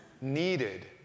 needed